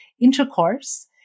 intercourse